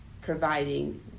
providing